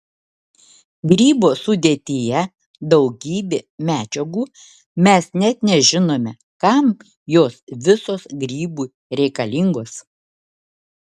grybo sudėtyje daugybė medžiagų mes net nežinome kam jos visos grybui reikalingos